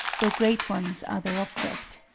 though great ones are their object.